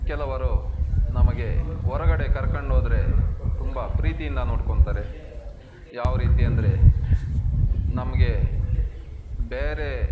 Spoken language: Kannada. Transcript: ಕೆಲವರು ನಮಗೆ ಹೊರಗಡೆ ಕರ್ಕಂಡೋದರೆ ತುಂಬ ಪ್ರೀತಿಯಿಂದ ನೋಡ್ಕೊತಾರೆ ಯಾವ ರೀತಿ ಅಂದರೆ ನಮಗೆ ಬೇರೆ